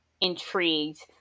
intrigued